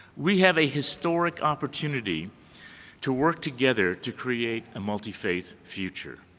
we have a historic opportunity to work together to create a multi faith future.